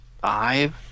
five